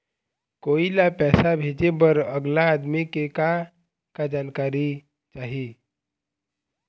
कोई ला पैसा भेजे बर अगला आदमी के का का जानकारी चाही?